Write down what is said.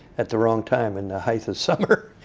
at the wrong time in the height of summer.